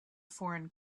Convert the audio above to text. foreign